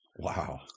Wow